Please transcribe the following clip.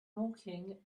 walking